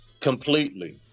completely